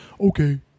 okay